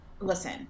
listen